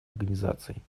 организаций